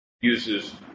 uses